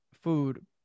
food